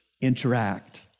interact